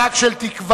חג של תקווה,